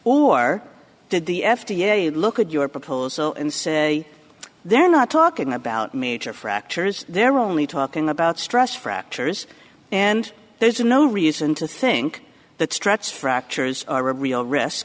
or did the f d a look at your proposal and say they're not talking about major fractures there are only talking about stress fractures and there's no reason to think that stretch fractures are a real risk